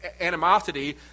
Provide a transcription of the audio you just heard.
animosity